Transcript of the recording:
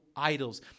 idols